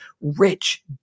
rich